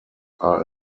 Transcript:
are